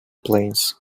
planes